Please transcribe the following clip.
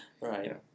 Right